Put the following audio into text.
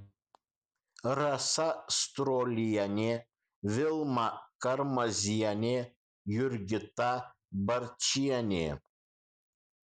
rasa strolienė vilma karmazienė jurgita barčienė